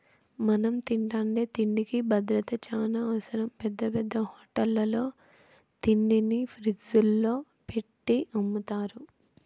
మనం తింటాండే తిండికి భద్రత చానా అవసరం, పెద్ద పెద్ద హోటళ్ళల్లో తిండిని ఫ్రిజ్జుల్లో పెట్టి అమ్ముతారు